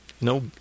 No